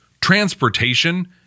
transportation